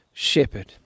shepherd